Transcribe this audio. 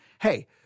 Hey